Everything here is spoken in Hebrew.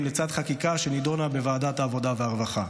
לצד חקיקה שנידונה בוועדת העבודה והרווחה.